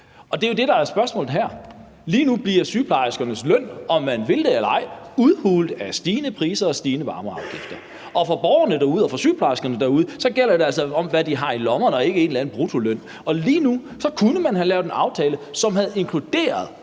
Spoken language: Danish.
Og det er jo det, der er spørgsmålet her. Lige nu bliver sygeplejerskernes løn, om man vil det eller ej, udhulet af stigende priser og stigende varmeafgifter. For borgerne derude og for sygeplejerskerne derude gælder det altså om, hvad de har i lommerne, og ikke en eller anden bruttoløn. Og lige nu kunne man have lavet en aftale, som havde inkluderet